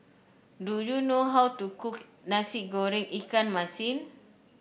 do you know how to cook Nasi Goreng Ikan Masin